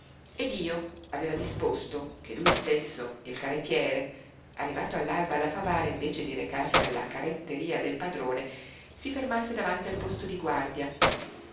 e dio aveva disposto che lui stesso il carrettiere arrivato all'alba alla favara invece di recarsi alla carretteria del padrone si fermasse davanti al posto di guardia